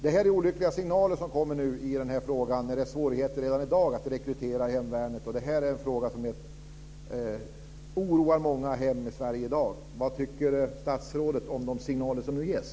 Det är olyckliga signaler som nu kommer i den här frågan, när det redan i dag är svårigheter att rekrytera till hemvärnet. Det är en fråga som oroar många hem i Sverige i dag. Vad tycker statsrådet om de signaler som nu ges?